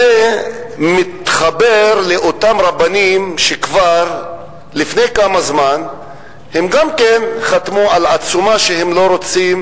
זה מתחבר לאותם רבנים שלפני כמה זמן גם חתמו על עצומה שהם לא רוצים